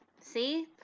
See